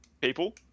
people